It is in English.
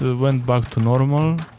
went back to normal.